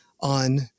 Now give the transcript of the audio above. on